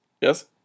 Yes